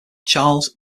charles